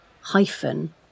hyphen